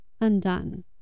undone